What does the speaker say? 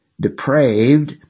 Depraved